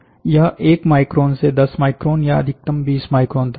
यह 1 माइक्रोन से 10 माइक्रोन या अधिकतम 20 माइक्रोन तक होगा